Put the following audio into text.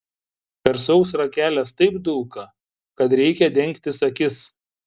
per sausrą kelias taip dulka kad reikia dengtis akis